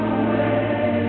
away